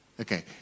Okay